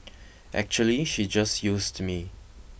actually she just used me